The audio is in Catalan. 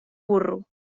burro